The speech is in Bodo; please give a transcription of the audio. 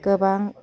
गोबां